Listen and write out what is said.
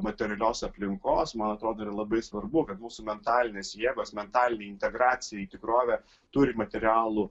materialios aplinkos man atrodo labai svarbu kad mūsų mentalinės jėgos mentalinė integracija į tikrovę turi materialų